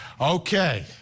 Okay